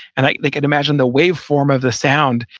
and they can imagine the wave form of the sound.